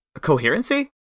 coherency